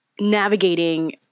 Navigating